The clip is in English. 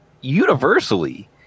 Universally